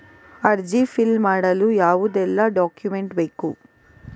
ಅರ್ಜಿ ಫಿಲ್ ಮಾಡಲು ಯಾವುದೆಲ್ಲ ಡಾಕ್ಯುಮೆಂಟ್ ಬೇಕು?